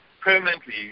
permanently